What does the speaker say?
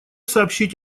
сообщить